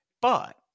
but-